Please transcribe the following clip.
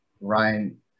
Ryan